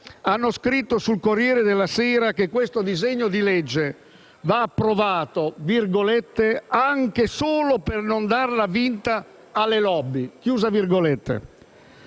hanno scritto sul «Corriere della sera» che questo disegno di legge va approvato «anche solo per non darla vinta alle *lobby*».